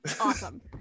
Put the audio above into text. awesome